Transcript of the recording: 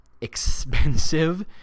expensive